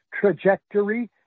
Trajectory